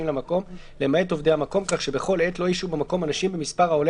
למקום למעט עובדי המקום כך שבכל עת לא ישהו במקום אנשים במספר העולה